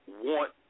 want